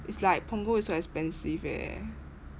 it's like punggol is so expensive eh